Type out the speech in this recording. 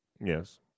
Yes